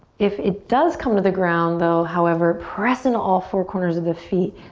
if it does come to the ground, though however, press into all four corners of the feet.